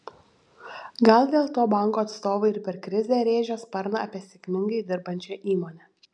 gal dėl to bankų atstovai ir per krizę rėžia sparną apie sėkmingai dirbančią įmonę